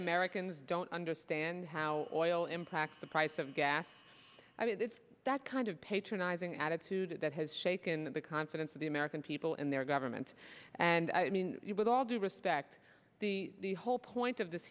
americans don't understand how oil impacts the price of gas i mean it's that kind of patronizing attitude that has shaken the confidence of the american people and their government and i mean with all due respect the whole point of this